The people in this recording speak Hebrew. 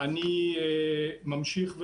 (מוקרן שקף, שכותרתו: ענף החלב.) אני ממשיך.